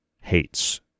hates